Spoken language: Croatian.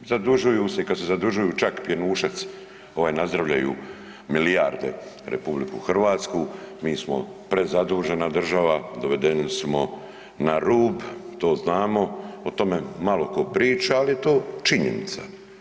Zadužuju se, kad se zadužuju čak pjenušac ovaj nazdravljaju milijarde RH, mi smo prezadužena država, dovedeni smo na rub, to znamo, o tome malo tko priča, ali je to činjenica.